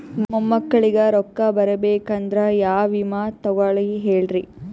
ಮೊಮ್ಮಕ್ಕಳಿಗ ರೊಕ್ಕ ಬರಬೇಕಂದ್ರ ಯಾ ವಿಮಾ ತೊಗೊಳಿ ಹೇಳ್ರಿ?